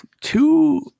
two